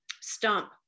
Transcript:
stump